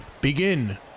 Begin